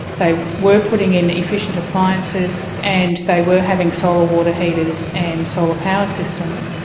they were putting in efficient appliances and they were having solar water heaters and solar power systems.